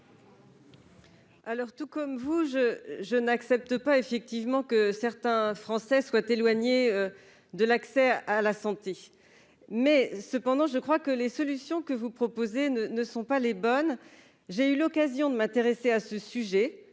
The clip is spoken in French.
vote. Tout comme vous, je trouve inacceptable que certains Français soient éloignés de l'accès à la santé. Néanmoins, je crois que les solutions que vous proposez ne sont pas les bonnes. J'ai eu l'occasion de m'intéresser à ce sujet,